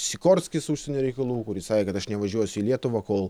sikorskis užsienio reikalų kuris sakė kad aš nevažiuosiu į lietuvą kol